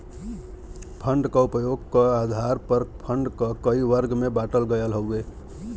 fund क उपयोग क आधार पर फण्ड क कई वर्ग में बाँटल गयल हउवे